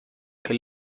que